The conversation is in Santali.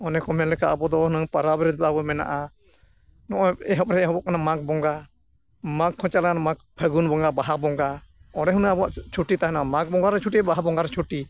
ᱚᱱᱮ ᱠᱚ ᱢᱮᱱ ᱞᱮᱠᱟ ᱟᱵᱚ ᱫᱚ ᱦᱩᱱᱟᱹᱜ ᱯᱚᱨᱚᱵᱽ ᱨᱮ ᱛᱟᱵᱚ ᱢᱮᱱᱟᱜᱼᱟ ᱱᱚᱜᱼᱚᱭ ᱮᱦᱚᱵ ᱨᱮ ᱮᱦᱚᱵᱚᱜ ᱠᱟᱱᱟ ᱢᱟᱜᱽ ᱵᱚᱸᱜᱟ ᱢᱟᱜᱽ ᱦᱚᱸ ᱪᱟᱞᱟᱣᱮᱱᱟ ᱢᱟᱜᱽ ᱯᱷᱟᱹᱜᱩᱱ ᱵᱚᱸᱜᱟ ᱵᱟᱦᱟ ᱵᱚᱸᱜᱟ ᱚᱸᱰᱮ ᱦᱩᱱᱟᱹᱝ ᱟᱵᱚᱣᱟᱜ ᱪᱷᱩᱴᱤ ᱛᱟᱦᱮᱱᱟ ᱢᱟᱜᱽ ᱵᱚᱸᱜᱟ ᱨᱮ ᱪᱷᱩᱴᱤ ᱵᱟᱦᱟ ᱵᱚᱸᱜᱟ ᱨᱮᱦᱚᱸ ᱪᱷᱩᱴᱤ